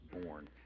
born